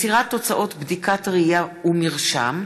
3) (מסירת תוצאות בדיקת ראייה ומרשם),